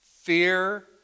Fear